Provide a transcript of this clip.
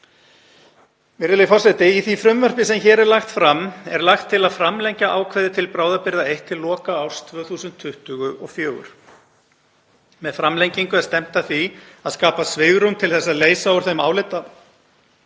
um tvö til þrjú ár. Í því frumvarpi sem hér er lagt fram er lagt til að framlengja ákvæði til bráðabirgða I til loka árs 2024. Með framlengingu er stefnt að því að skapa svigrúm til þess að leysa úr þeim álitamálum